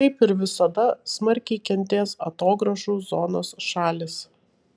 kaip ir visada smarkiai kentės atogrąžų zonos šalys